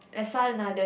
S_R-Nathan